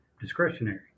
discretionary